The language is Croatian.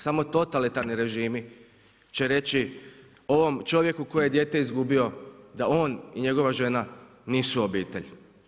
Samo totalitarni režimi će reći ovom čovjeku koji je dijete izgubio, da on i njegova žena nisu obitelj.